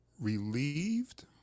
relieved